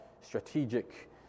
strategic